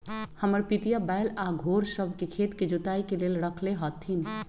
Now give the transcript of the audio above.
हमर पितिया बैल आऽ घोड़ सभ के खेत के जोताइ के लेल रखले हथिन्ह